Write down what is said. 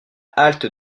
halte